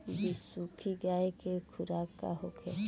बिसुखी गाय के खुराक का होखे?